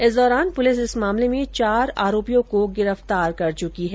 इस दौरान पुलिस इस मामले में चार आरोपियों को गिरफ्तार कर चुकी है